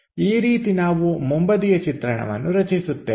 ಈ ರೀತಿ ನಾವು ಮುಂಬದಿಯ ಚಿತ್ರಣವನ್ನು ರಚಿಸುತ್ತೇವೆ